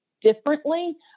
differently